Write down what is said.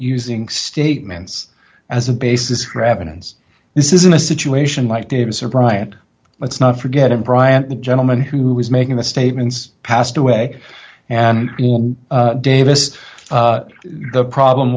using statements as a basis for evidence this isn't a situation like davis or bryant let's not forget it bryant the gentleman who was making the statements passed away and davis the problem